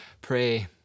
pray